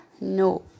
no